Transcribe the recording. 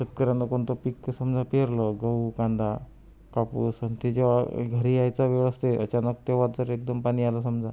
शेतकऱ्यानं कोणतं पीक ते समजा पेरलं गहू कांदा कापूस आणि ते जेव्हा घरी यायचा वेळ असतो अचानक तेव्हाच जर एकदम पाणी आलं समजा